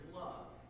love